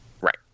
Right